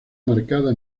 marcada